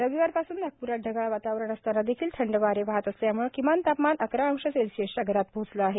रविवारपासून नागपूरात ढगाळ वातावरण असतांना देखील थंड वारे वाहत असल्याम्ळे किमान तापमान अकरा अंश सेल्सिअसच्या घरात पोहोचलं आहे